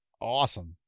awesome